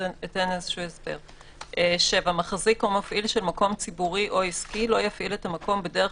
7. מחזיק או מפעיל של מקום ציבורי או עסקי לא יפעיל את המקום בדרך